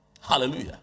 Hallelujah